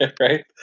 right